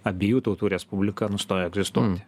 abiejų tautų respublika nustojo egzistuoti